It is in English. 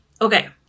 Okay